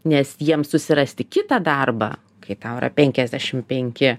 nes jiems susirasti kitą darbą kai tau yra penkiasdešim penki